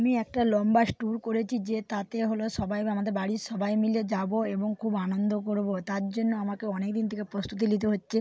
আমি একটা লম্বা ট্যুর করেছি যে তাতে হল সবাই বা আমাদের বাড়ির সবাই মিলে যাব এবং খুব আনন্দ করব তার জন্য আমাকে অনেকদিন থেকে প্রস্তুতি নিতে হচ্ছে